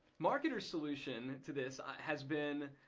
marketer's solution to this has been,